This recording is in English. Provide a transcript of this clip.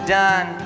done